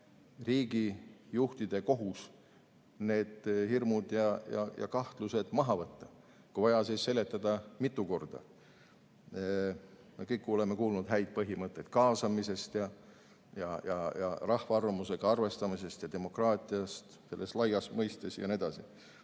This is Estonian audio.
riigijuhtide kohus need hirmud ja kahtlused maha võtta. Kui vaja, siis seletada mitu korda. Me kõik oleme kuulnud häid põhimõtteid kaasamisest, rahva arvamusega arvestamisest, demokraatiast selle laias mõistes jne.